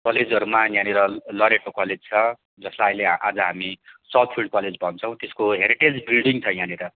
कलेजहरूमा यहाँनिर Loreto college छ जसलाई अहिले आज हामी साउथफिल्ड कलेज भन्छौँ त्यसको हेरिटेज बिल्डिङ छ यहाँनिर